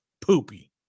poopy